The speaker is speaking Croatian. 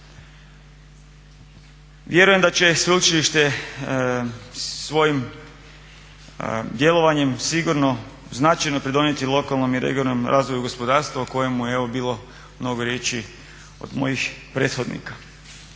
Vjerujem da će sveučilište svojim djelovanjem sigurno značajno pridonijeti lokalnom i regionalnom razvoju gospodarstva o kojemu je bilo mnogo riječi od mojih prethodnika.